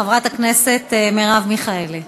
חברת הכנסת מרב מיכאלי.